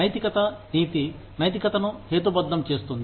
నైతికత నీతి నైతికతను హేతుబద్ధం చేస్తుంది